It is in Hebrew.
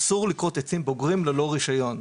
אסור לכרות עצים בוגרים ללא רישיון.